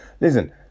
listen